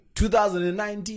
2019